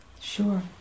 sure